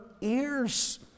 ears